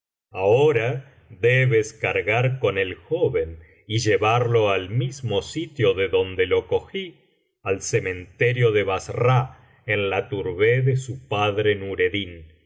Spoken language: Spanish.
ahora debes cargar con el joven y llevarlo al mismo sitio de donde lo cogí al cementerio de bassra en la tourbeh de su padre nureddin